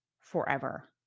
forever